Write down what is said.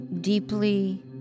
deeply